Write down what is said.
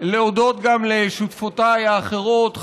להודות גם לשותפותיי האחרות,